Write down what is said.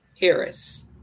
harris